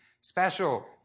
special